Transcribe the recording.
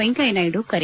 ವೆಂಕಯ್ಯ ನಾಯ್ತು ಕರೆ